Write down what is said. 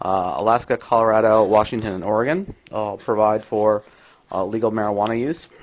alaska, colorado, washington, and oregon all provide for a legal marijuana use.